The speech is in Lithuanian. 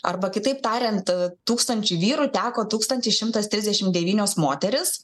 arba kitaip tariant tūkstančiui vyrų teko tūkstantis šimtas trisdešimt devynios moterys